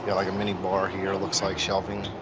yeah like, a mini-bar here, it looks like, shelving.